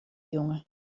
jonge